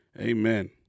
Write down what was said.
Amen